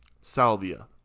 Salvia